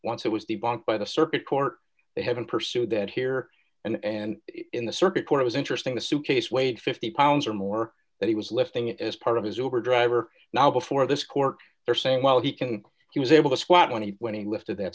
once it was the bond by the circuit court they haven't pursued that here and in the circuit court it was interesting the suitcase weighed fifty pounds or more that d he was lifting as part of his overdrive or now before this court they're saying well he can he was able to sweat when he when he lifted that